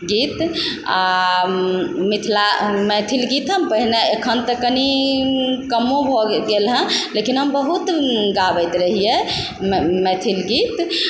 गीत आ मिथिला मैथिल गीत हम पहिने अखन तऽ कनी कमो भऽ गेल हँ लेकिन हम बहुत गाबैत रहियै मैथिल गीत आ